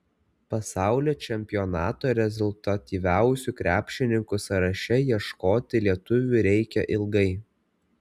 pasaulio čempionato rezultatyviausių krepšininkų sąraše ieškoti lietuvių reikia ilgai